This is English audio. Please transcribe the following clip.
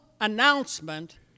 announcement